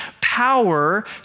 power